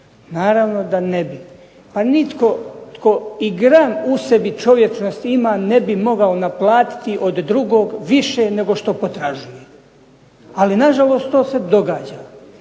Naravno da ne bi. Pa nitko tko i gram čovječnosti u sebi ima ne bi mogao naplatiti od drugog više nego što potražuje. Ali nažalost to se događa.